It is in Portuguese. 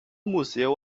museu